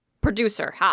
producer